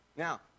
Now